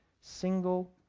single